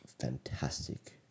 fantastic